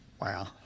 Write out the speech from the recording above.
Wow